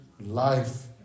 life